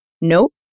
nope